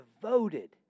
devoted